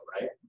right